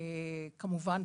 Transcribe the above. כמובן,